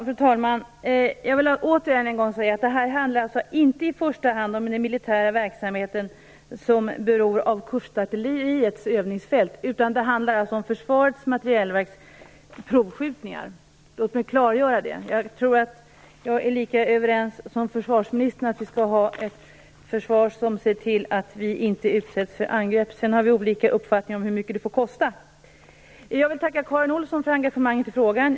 Fru talman! Jag vill återigen säga att detta inte i första hand gäller den militära verksamheten som beror av Kustartilleriets övningsfält, utan det handlar om Försvarets materielverks provskjutningar. Låt mig klargöra detta. Jag tror att jag är lika överens som försvarsministern om att vi skall ha ett försvar som ser till att vi inte utsätts för angrepp. Sedan har vi olika uppfattningar om hur mycket det får kosta. Jag vill tacka Karin Olsson för engagemanget i frågan.